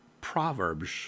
Proverbs